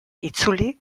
itzuli